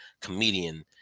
comedian